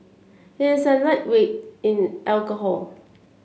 he is a lightweight in alcohol